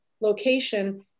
location